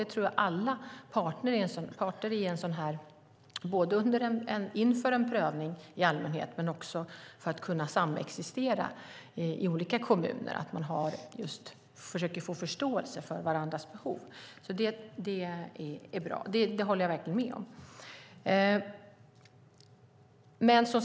Jag tror att alla parter har nytta, både inför en prövning i allmänhet och för att kunna samexistera i olika kommuner, av att man försöker få förståelse för varandras behov. Jag håller verkligen med om att det är bra och någonting att eftersträva.